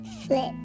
Flip